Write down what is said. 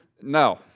No